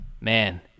man